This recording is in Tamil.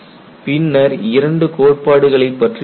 பின்னர் இரண்டு கோட்பாடுகளைப் பற்றி பார்த்தோம்